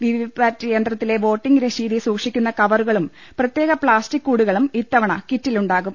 VVPAT യന്ത്രത്തിലെ vote രശീതി സൂക്ഷിക്കുന്ന കവറുകളും പ്രത്യേക പ്ലാസ്റ്റിക് കൂടുകളും ഇത്തവണ കിറ്റിലുണ്ടാകും